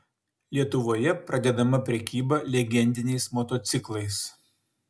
lietuvoje pradedama prekyba legendiniais motociklais